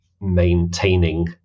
maintaining